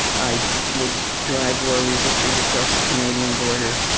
i would drive war resisters across the canadian border.